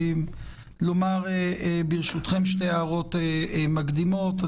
ברשותכם, שתי הערות מקדימות.